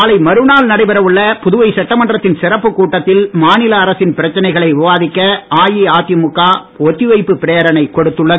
நாளை மறுநாள் நடைபெற உள்ள புதுவை சட்டமன்றத்தின் சிறப்பு கூட்டத்தில் மாநில அரசின் பிரச்சனைகளை விவாதிக்க அஇஅதிமுக ஒத்திவைப்பு பிரேரணை கொடுத்துள்ளது